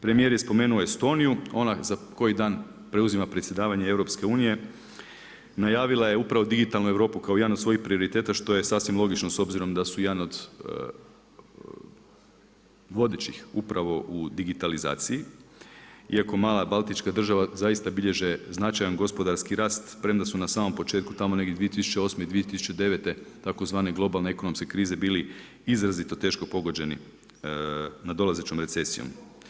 Premjer je spomenuo Estoniju, ona za koji dan preuzima predsjedavanje EU, najavila je upravo digitalnu Europu kao jedan od svojih prioriteta, što je sasvim logično, s obzirom da su jedan od vodećih upravo u digitalizaciji, iako mala baltička država zaista bilježe značajan gospodarski rast, premda su na samom početku tamo negdje 2008. i 2009. tzv. globalne ekonomske krize bili izrazito teško pogođeni nadolazećom recesijom.